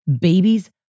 babies